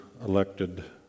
elected